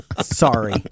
Sorry